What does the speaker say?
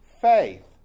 faith